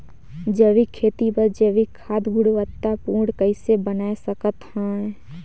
जैविक खेती बर जैविक खाद गुणवत्ता पूर्ण कइसे बनाय सकत हैं?